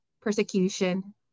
persecution